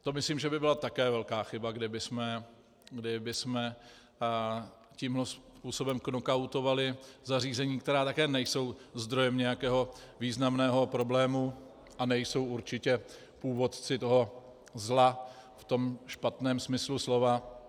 To myslím, že by byla také velká chyba, kdybychom tímhle způsobem knokautovali zařízení, která také nejsou zdrojem nějakého významného problému a nejsou určitě původci toho zla v tom špatném smyslu slova.